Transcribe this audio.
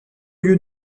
lieu